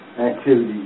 activity